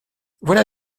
voilà